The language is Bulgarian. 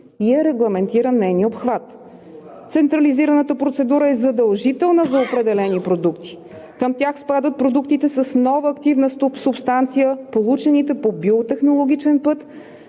и е регламентиран нейният обхват. Централизираната процедура е задължителна за определени продукти. Към тях спадат продуктите с нова активна субстанция, получените по биотехнологичен път,